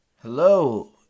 Hello